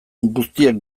guztiek